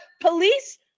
police